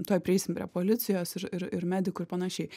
tuoj prieisim prie policijos ir ir ir medikų ir panašiai